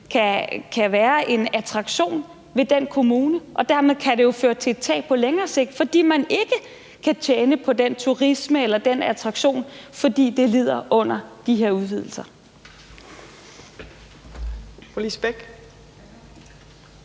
kan være en attraktion ved den kommune. Og dermed kan det jo føre til et tab på længere sigt, fordi man ikke kan tjene på den turisme eller den attraktion, fordi det lider under de her udvidelser.